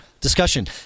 discussion